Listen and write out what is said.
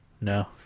no